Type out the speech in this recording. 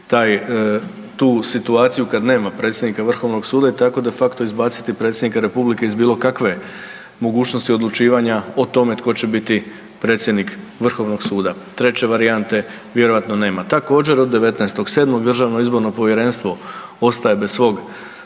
tu situaciju kad nema predsjednika Vrhovnog suda i tako de facto izbaciti Predsjednika Republike iz bilo kakve mogućnosti odlučivanja o tome tko će biti predsjednik Vrhovnog suda. Treće varijante vjerojatno nema. Također od 19.7. Državno izborno povjerenstvo ostaje bez svog